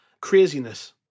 craziness